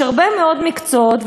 יש הרבה מאוד מקצועות,